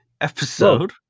episode